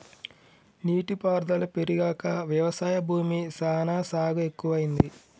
నీటి పారుదల పెరిగాక వ్యవసాయ భూమి సానా సాగు ఎక్కువైంది